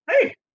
hey